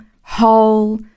whole